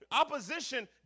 Opposition